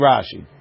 Rashi